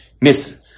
Miss